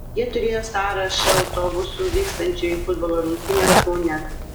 jie turėjo sąrašą autobusų vykstančių į futbolo rungtynes kaune